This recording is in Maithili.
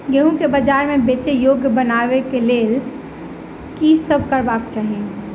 गेंहूँ केँ बजार मे बेचै योग्य बनाबय लेल की सब करबाक चाहि?